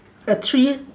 a three